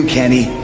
Kenny